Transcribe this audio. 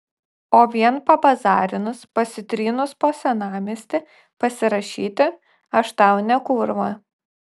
o vien pabazarinus pasitrynus po senamiestį pasirašyti aš tau ne kūrva